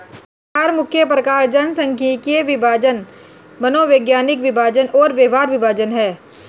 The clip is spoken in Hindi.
चार मुख्य प्रकार जनसांख्यिकीय विभाजन, मनोवैज्ञानिक विभाजन और व्यवहार विभाजन हैं